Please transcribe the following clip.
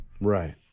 Right